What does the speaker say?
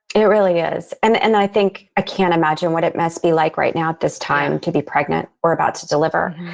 it really is. and and i think, i can't imagine what it must be like right now at this time to be pregnant or about to deliver.